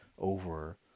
over